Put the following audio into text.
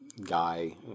guy